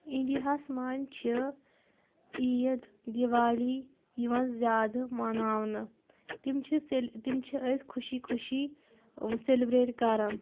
اِنڈیاہَس منٛز چھِ عیٖد دِوالی یِوان زیادٕ مَناونہٕ تِم چھِ سَیٚل تِم چھِ أسۍ خوشی خوشی سَیٚلِبَرٛیٚٹ کَران